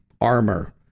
armor